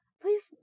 Please